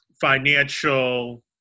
financial